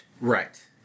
Right